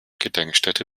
gedenkstätte